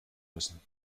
müssen